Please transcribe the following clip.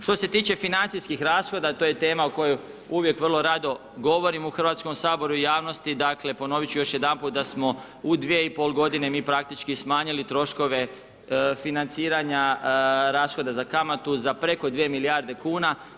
Što se tiče financijskih rashoda, to je tema, o kojoj uvijek vrlo rado govorim u Hrvatskom saboru i javnosti, dakle, ponoviti ću još jedanput da smo u 2,5 g. mi praktički smanjili troškove financiranja rashoda za kamatu, za preko 2 milijarde kn.